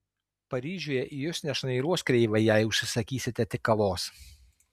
paryžiuje į jus nešnairuos kreivai jei užsisakysite tik kavos